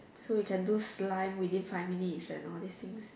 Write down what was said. so we can do slime within five minutes and all these things